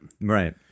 right